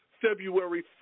February